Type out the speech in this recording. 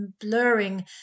blurring